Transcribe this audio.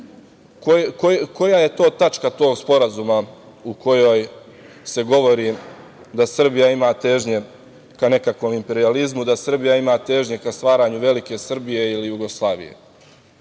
koja je to tačka tog sporazuma u kojoj se govori da Srbija ima težnje ka nekakvom imperijalizmu, da Srbija ima težnje ka stvaranju „velike Srbije“ ili Jugoslavije? Tim